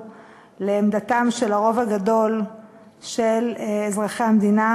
לעמדתם של הרוב הגדול של אזרחי המדינה,